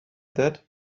that